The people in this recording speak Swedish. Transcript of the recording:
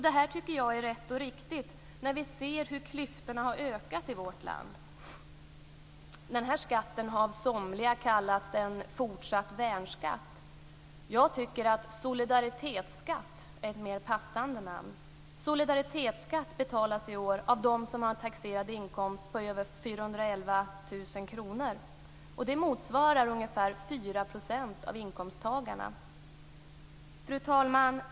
Det tycker jag är rätt och riktigt när vi ser hur klyftorna har ökat i vårt land. Denna skatt har av somliga kallats en fortsatt värnskatt. Jag tycker att solidaritetsskatt är ett mer passande namn. Solidaritetsskatt betalas i år av dem som har en taxerad inkomst på över 411 000 kr. Det motsvarar ungefär 4 % av inkomsttagarna. Fru talman!